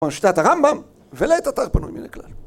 כלומר שיטת הרמב״ם, ולית אתר פנוי מיניה כלל